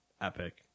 Epic